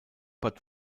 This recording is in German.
bad